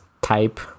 type